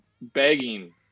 begging